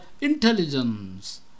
intelligence